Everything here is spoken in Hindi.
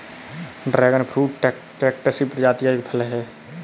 ड्रैगन फ्रूट कैक्टस की प्रजाति का एक फल है